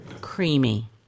creamy